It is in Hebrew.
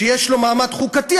שיש לו מעמד חוקתי,